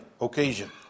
occasion